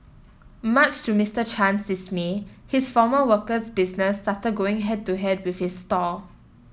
much to Mister Chan's dismay his former worker's business started going head to head with his stall